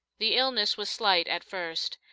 the illness was slight at first,